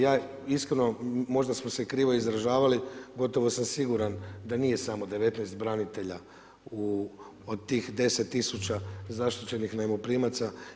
Ja iskreno, možda smo se krivo izražavali, gotovo sam siguran da nije samo 19 branitelja od tih 10 tisuća zaštićenih najmoprimaca.